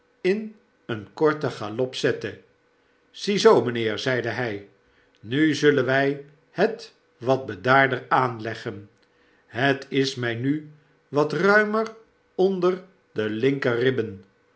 in een korten galop zette ziezoo mpheer zeide hy nuzullenwy het wat bedaarder aanleggen het is my nu wat ruimer onder de